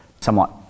somewhat